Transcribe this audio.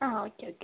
ആ okay okay